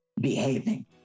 behaving